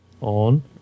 On